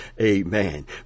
Amen